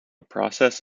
process